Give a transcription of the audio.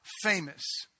famous